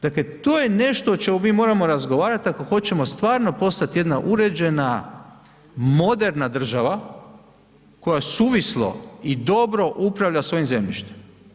Dakle to je nešto o čemu mi moramo razgovarati ako hoćemo stvarno postati jedna uređena moderna država koja suvislo i dobro upravlja svojim zemljištem.